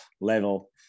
level